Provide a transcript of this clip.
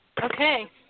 Okay